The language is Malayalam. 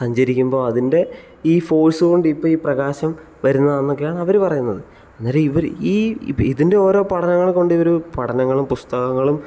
സഞ്ചരിക്കുമ്പോൾ അതിൻ്റെ ഈ ഫോഴ്സ് കൊണ്ട് ഇപ്പം ഈ പ്രകാശം വരുന്നതാണെന്നൊക്കെയാണ് അവർ പറയുന്നത് അന്നേരം ഇവർ ഈ ഇതിൻ്റെ ഓരോ പഠനങ്ങൾ കൊണ്ടിവർ പഠനങ്ങളും പുസ്തകങ്ങളും